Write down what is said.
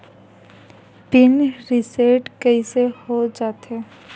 Pin reset कइसे हो जाथे?